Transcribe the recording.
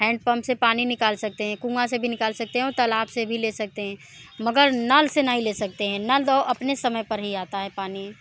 handpump से पानी निकाल सकते हैं कुआँ से भी निकाल सकते हैं और तालाब से भी ले सकते हैं मगर नल से नहीं ले सकते हैं नल तो अपने समय पर ही आता है पानी